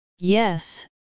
Yes